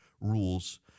rules